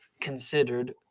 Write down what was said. considered